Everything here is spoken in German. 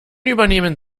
übernehmen